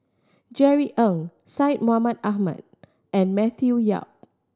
Jerry Ng Syed Mohamed Ahmed and Matthew Yap